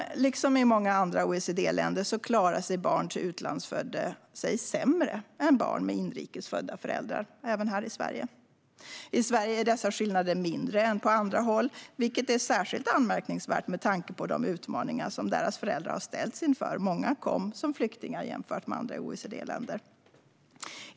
Liksom i många andra OECD-länder klarar sig barn till utlandsfödda sämre än barn med inrikes födda föräldrar även här i Sverige. I Sverige är dessa skillnader mindre än på andra håll, vilket är särskilt anmärkningsvärt med tanke på de utmaningar som deras föräldrar har ställts inför. Många kom som flyktingar jämfört med i andra OECD-länder.